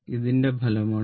ഇതിന്റെ ഫലമാണ് v